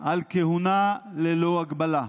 על כהונה ללא הגבלה.